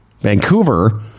Vancouver